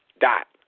Dot